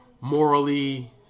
morally